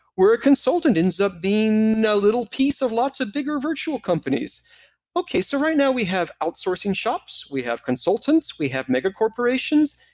where a consultant ends up being a you know little piece of lots of bigger virtual companies okay, so right now we have outsourcing shops. we have consultants. we have megacorporations.